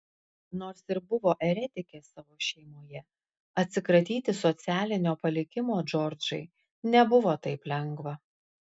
nors ir buvo eretikė savo šeimoje atsikratyti socialinio palikimo džordžai nebuvo taip lengva